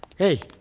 hey,